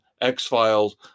X-Files